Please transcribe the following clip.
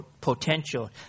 potential